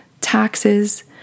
taxes